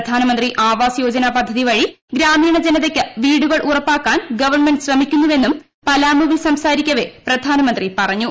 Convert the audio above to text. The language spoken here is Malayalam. പ്രധാനമന്ത്രി ആവാസ് യോജന പദ്ധതി വഴി ഗ്രാമീണ ജനതയ്ക്ക് വീടുകൾ ഉറപ്പാക്കാൻ ഗവൺമെന്റ് ശ്രമി ക്കുന്നുവെന്നും പലാമുവിൽ സംസാരിക്കവെ പ്രധാനമന്ത്രി പറ ഞ്ഞു